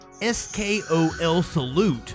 SKOLSalute